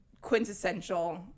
quintessential